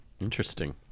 Interesting